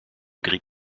grille